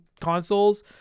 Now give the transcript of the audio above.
consoles